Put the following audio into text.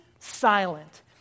silent